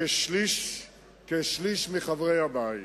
כשליש מחברי הבית.